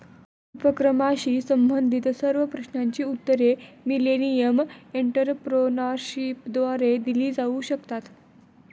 उपक्रमाशी संबंधित सर्व प्रश्नांची उत्तरे मिलेनियम एंटरप्रेन्योरशिपद्वारे दिली जाऊ शकतात